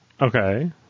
Okay